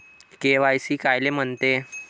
KYC कायले म्हनते?